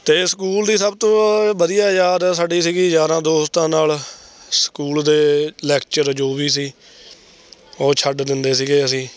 ਅਤੇ ਸਕੂਲ ਦੀ ਸਭ ਤੋਂ ਵਧੀਆ ਯਾਦ ਸਾਡੀ ਸੀਗੀ ਯਾਰਾਂ ਦੋਸਤਾਂ ਨਾਲ ਸਕੂਲ ਦੇ ਲੈਕਚਰ ਜੋ ਵੀ ਸੀ ਉਹ ਛੱਡ ਦਿੰਦੇ ਸੀਗੇ ਅਸੀਂ